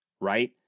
right